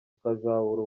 ukazabura